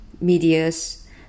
medias